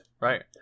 Right